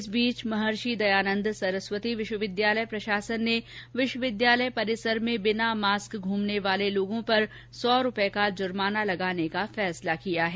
इस बीच महर्षि दयानंद सरस्वती विश्वविद्यालय प्रशासन ने विवि परिसर में बिना मास्क घूमने वालों पर सौ रूपए जुर्माना लगाने का निर्णय लिया है